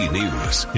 News